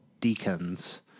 deacons